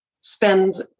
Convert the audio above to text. spend